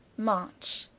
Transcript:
march.